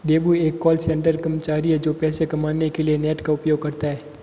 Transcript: देबू एक call centre कर्मचारी है जो पैसे कमाने के लिए नेट का उपयोग करता है